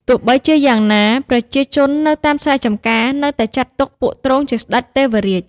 ទោះបីជាយ៉ាងណា ប្រជាជននៅតាមស្រែចម្ការនៅតែចាត់ទុកពួកទ្រង់ជាស្តេចទេវរាជ។